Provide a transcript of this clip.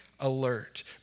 alert